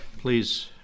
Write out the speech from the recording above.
please